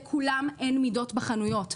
לכולם אין מידות בחנויות.